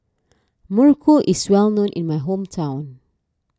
Muruku is well known in my hometown